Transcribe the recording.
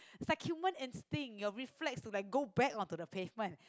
is like human instinct your reflex to like go back on to the pavement